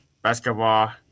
basketball